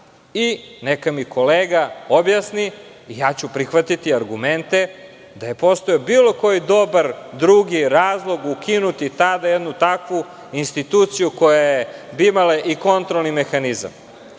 i neka mi kolega objasni, ja ću prihvatiti argumente da je postojao bilo koji dobar drugi razlog ukinuti tada jednu takvu instituciju koja je imala i kontrolni mehanizam. Znači,